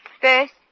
First